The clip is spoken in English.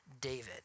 David